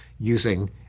using